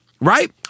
right